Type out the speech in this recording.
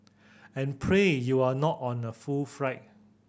and pray you're not on a full flight